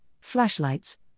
flashlights